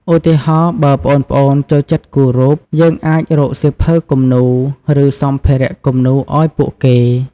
ឧទាហរណ៍ បើប្អូនៗចូលចិត្តគូររូប យើងអាចរកសៀវភៅគំនូរ ឬសម្ភារៈគំនូរឲ្យពួកគេ។